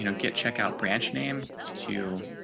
you know get checkout branch name to